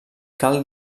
cal